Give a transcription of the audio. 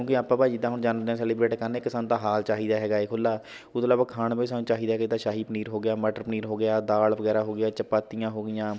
ਕਿਉਂਕਿ ਆਪਾਂ ਭਾਅ ਜੀ ਜਿੱਦਾਂ ਹੁਣ ਜਨਮ ਦਿਨ ਸੈਲੀਬ੍ਰੇਟ ਕਰਨਾ ਇੱਕ ਸਾਨੂੰ ਤਾਂ ਹਾਲ ਚਾਹੀਦਾ ਹੈਗਾ ਹੈ ਖੁੱਲ੍ਹਾ ਉਹ ਤੋਂ ਇਲਾਵਾ ਖਾਣ ਵਿੱਚ ਸਾਨੂੰ ਚਾਹੀਦਾ ਜਿੱਦਾਂ ਸ਼ਾਹੀ ਪਨੀਰ ਹੋ ਗਿਆ ਮਟਰ ਪਨੀਰ ਹੋ ਗਿਆ ਦਾਲ ਵਗੈਰਾ ਹੋ ਗਿਆ ਚਪਾਤੀਆਂ ਹੋ ਗਈਆਂ